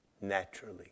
naturally